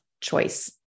choice